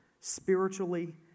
Spiritually